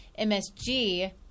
MSG